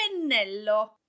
pennello